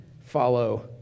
follow